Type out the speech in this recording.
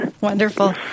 Wonderful